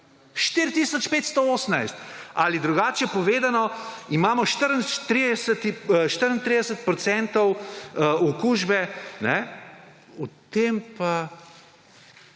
ali drugače povedano imamo 34 % okužbe o tem pa